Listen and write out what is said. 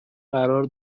قرار